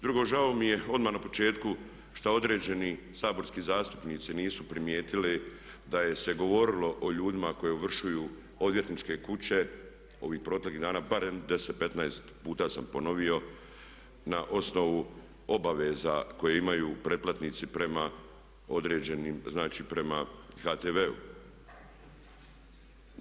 Drugo, žao mi je odmah na početku šta određeni saborski zastupnici nisu primijetili da se je govorilo o ljudima koji ovršuju odvjetničke kuće ovih proteklih dana, barem 10, 15 puta sam ponovio na osnovu obaveza koje imaju pretplatnici prema određenim, znači prema HTV-u.